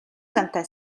зантай